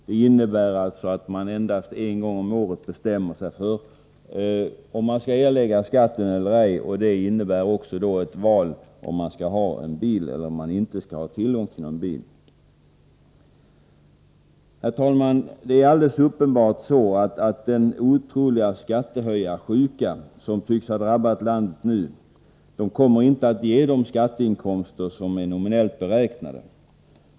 Det innebär att man endast en gång om året bestämmer sig för om man skall erlägga skatten eller inte, och detta innebär också ett val beträffande om man skall ha bil eller inte. Herr talman! Det är alldeles uppenbart att den otroliga skattehöjarsjuka som tycks ha drabbat landet nu inte kommer att ge de skatteinkomster som är nominellt beräknade.